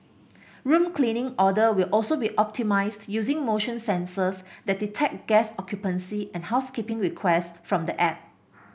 room cleaning order will also be optimised using motion sensors that detect guest occupancy and housekeeping requests from the app